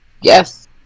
Yes